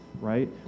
right